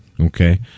Okay